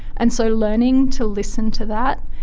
and so learning to listen to that,